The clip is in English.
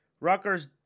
Rutgers